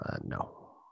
no